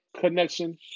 connection